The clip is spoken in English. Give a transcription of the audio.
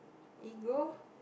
ego